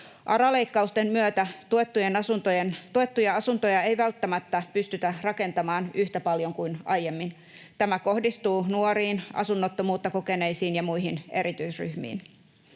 ARA-leikkausten myötä tuettuja asuntoja ei välttämättä pystytä rakentamaan yhtä paljon kuin aiemmin. Tämä kohdistuu nuoriin, asunnottomuutta kokeneisiin ja muihin erityisryhmiin.